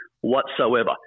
whatsoever